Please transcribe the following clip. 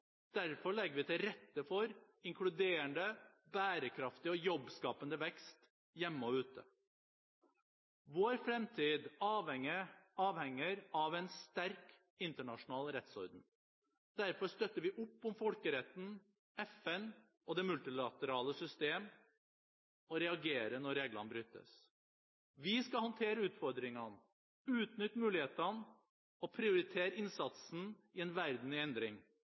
Derfor legger vi til rette for inkluderende, bærekraftig og jobbskapende vekst hjemme og ute. Vår fremtid avhenger av en sterk internasjonal rettsorden. Derfor støtter vi opp om folkeretten, FN og det multilaterale system, og reagerer når reglene brytes. Vi skal håndtere utfordringene, utnytte mulighetene og prioritere innsatsen i en verden i endring.